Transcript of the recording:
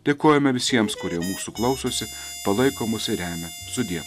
dėkojame visiems kurie mūsų klausosi palaiko mus ir remia sudie